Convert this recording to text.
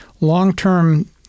long-term